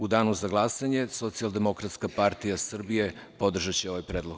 U danu za glasanje, Socijaldemokratska partija Srbije podržaće ovaj Predlog.